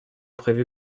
prévue